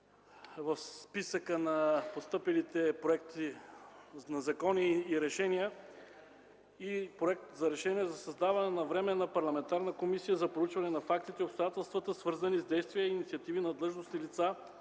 в списъка на постъпилите проекти на закони и решения и Проект за създаване на Временна парламентарна комисия за проучване на фактите и обстоятелствата, свързани с действия и инициативи на длъжностни лица